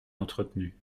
entretenus